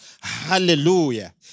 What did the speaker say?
Hallelujah